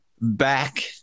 back